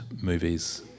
movies